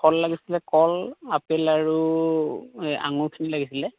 ফল লাগিছিলে কল আপেল আৰু আঙুৰখিনি লাগিছিলে